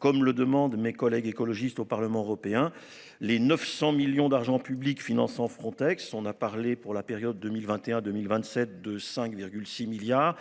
Comme le demande mes collègues écologistes au Parlement européen, les 900 millions d'argent public finançant Frontex. On a parlé pour la période 2021 2027, de 5 6 milliards.